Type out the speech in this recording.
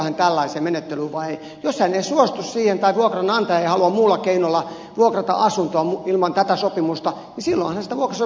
jos hän ei suostu siihen tai vuokranantaja ei halua muulla keinolla vuokrata asuntoa ilman tätä sopimusta sillä onnesta vuoksen